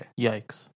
yikes